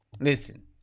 Listen